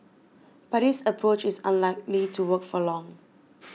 but this approach is unlikely to work for long